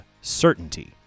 certainty